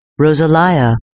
Rosalia